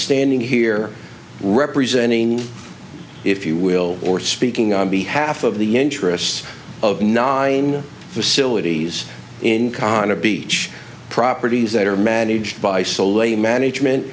standing here representing if you will or speaking on behalf of the interests of nine facilities in qana beach properties that are managed by soul management